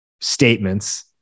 statements